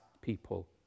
people